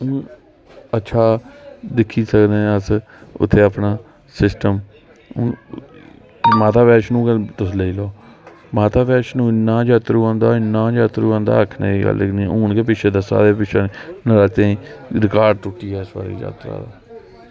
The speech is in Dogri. ते भी अच्छा दिक्खी सकने अस इक्क अपना सिस्टम माता वैष्णो दा गै तुस लेई लैओ माता वैष्णो इन्ना जात्तरू औंदा इन्ना जात्तरू औंदा के आक्खने दी गल्ल गै नेईं हून गै पिच्छें दस्सा दे हे नरातें ई रिकार्ड त्रुट्टी गेआ इस बार जात्तरा दा